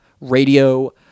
radio